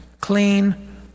clean